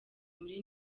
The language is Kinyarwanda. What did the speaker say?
muri